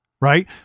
right